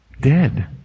Dead